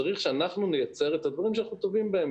צריך שאנחנו נייצר את הדברים שאנחנו טובים בהם.